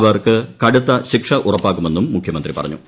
അവർക്ക് കടുത്ത ശിക്ഷ ഉറപ്പാക്കുമെന്നും മുഖ്യമന്ത്രി പറഞ്ഞു